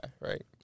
right